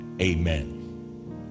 Amen